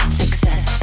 success